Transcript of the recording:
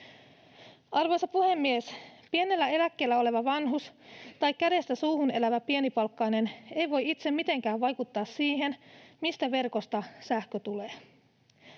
Arvoisa puhemies! Pienellä eläkkeellä oleva vanhus tai kädestä suuhun elävä pienipalkkainen ei voi itse mitenkään vaikuttaa siihen, mistä verkosta sähkö tulee.